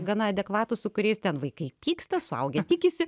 gana adekvatūs su kuriais ten vaikai pyksta suaugę tikisi